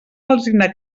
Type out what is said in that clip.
alzina